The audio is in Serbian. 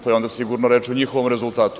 To je onda sigurno reč o njihovom rezultatu.